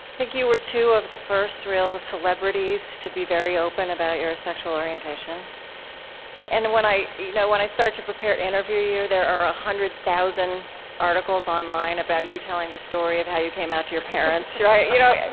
think you were two of the first real celebrities to be very open about your sexual orientation and when i you know when i started to prepare to interview you, there are one ah hundred thousand articles online about you telling the story of how you came out to your parents, right? you know